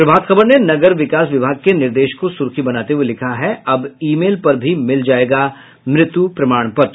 प्रभात खबर ने नगर विकास विभाग के निर्देश को सुर्खी बनाते हुये लिखा है अब ई मेल पर भी मिल जायेगा मृत्यु प्रमाण पत्र